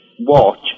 Watch